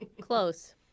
Close